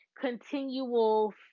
continual